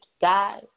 Guys